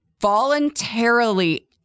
voluntarily